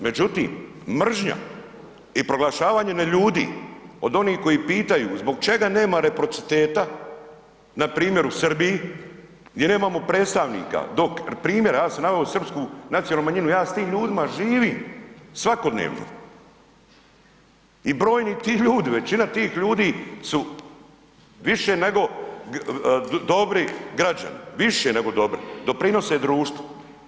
Međutim, mržnja i proglašavanje neljudi od onih koji pitaju zbog čega nema reciprociteta npr. u Srbiji, gdje nemamo predstavnika, dok primjera, ja sam naveo srpsku nacionalnu manjinu, ja sa tim ljudima živim svakodnevno i brojni ti ljudi, većina tih ljudi su više nego dobri građani, više nego dobri, doprinose društvu.